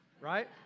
right